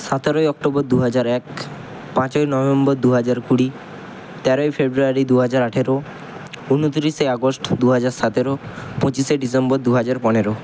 সাতেরোই October দুহাজার এক পাঁচই নভেম্বর দুহাজার কুড়ি তেরোই ফেব্রুয়ারি দুহাজার আঠেরো উনতিরিশে আগস্ট দুহাজার সাতেরো পঁচিশে ডিসেম্বর দুহাজার পনেরো